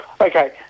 Okay